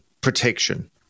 protection